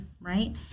right